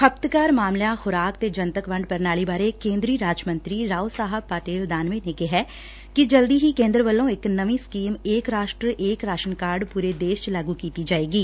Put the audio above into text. ਖਪਤਕਾਰ ਮਾਮਲਿਆਂ ਖੁਰਾਕ ਤੇ ਜਨਤਕ ਵੰਡ ਪ੍ਰਣਾਲੀ ਬਾਰੇ ਕੇਂਦਰੀ ਰਾਜ ਮੰਤਰੀ ਰਾਓ ਸਾਹਿਬ ਪਟੇਲ ਦਾਨਵੇ ਨੇ ਕਿਹੈ ਕਿ ਜਲਦੀ ਹੀ ਕੇਂਦਰ ਵੱਲੋਂ ਇਕ ਨਵੀਂ scheme Ek Rashtra Ek ration card ਪੂਰੇ ਦੇਸ਼ ਚ ਲਾਗੂ ਕੀਤੀ ਜਾਏਗੀ